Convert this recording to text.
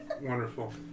Wonderful